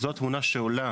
זו התמונה שעולה